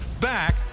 Back